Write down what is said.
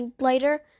later